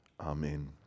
Amen